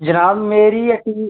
जनाब मेरी ऐसी